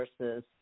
versus